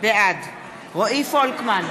בעד רועי פולקמן,